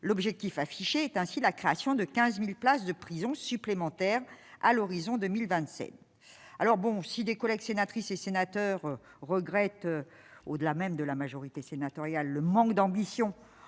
l'objectif affiché est ainsi la création de 15000 places de prison supplémentaires à l'horizon 2025, alors bon, si des collègues sénatrices et sénateurs regrette au-delà même de la majorité sénatoriale, le manque d'ambition